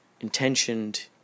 intentioned